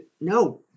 no